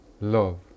love